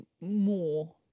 more